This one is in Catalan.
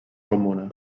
comuna